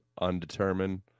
undetermined